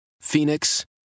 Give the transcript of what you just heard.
Phoenix